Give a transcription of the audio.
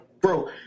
bro